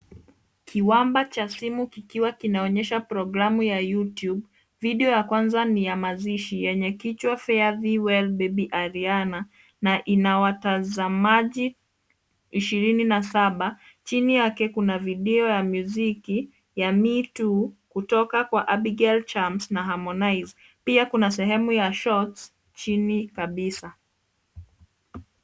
Kiwamba cha simu kikiwa kinaonyesha programu ya Youtube. Video ya kwanza ni ya mazishi yenye kichwa: Fare Thee Well Baby Ariana , na ina watazamaji ishirini na saba. Chini yake kuna video ya muziki ya Me Too kutoka kwa Abigail Chams na Harmonize. Pia kuna sehemu ya shorts chini kabisa.